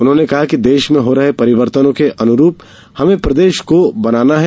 उन्होंने कहा कि देश में हो रहे परिवर्तनों के अनुरूप हमें प्रदेश को बनाना है